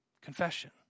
Confession